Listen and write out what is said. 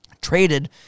traded